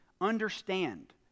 Understand